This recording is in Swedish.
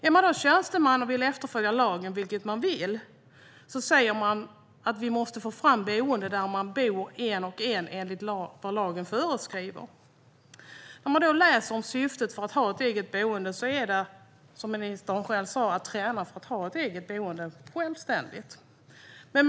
Om man är en tjänsteman och vill följa lagen, vilket man vill, säger man: Vi måste få fram boenden där man bor en och en, enligt vad lagen föreskriver. Om man läser om syftet med att ha ett eget boende är det, som ministern själv sa, att träna för att ha ett eget, självständigt boende.